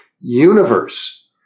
universe